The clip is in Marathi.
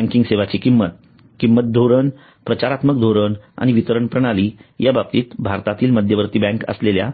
बँकिंग सेवांची किंमत किंमत धोरण प्रचारात्मक धोरण आणि वितरण प्रणाली ह्याबाबी भारतातील मध्यवर्ती बँक असलेल्या